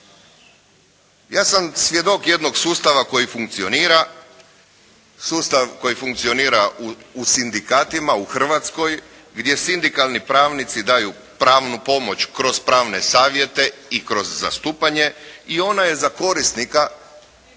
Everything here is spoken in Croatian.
Ja sam svjedok jednog sustava koji funkcionira u sindikatima, u Hrvatskoj gdje sindikalni pravnici daju pravnu pomoć kroz pravne savjete i kroz zastupanje i ona je za korisnika